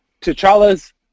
T'Challa's